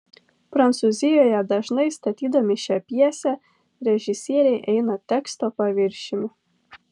prancūzijoje dažnai statydami šią pjesę režisieriai eina teksto paviršiumi